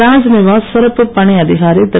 ராத்நிவாஸ் சிறப்புப் பணி அதிகாரி திரு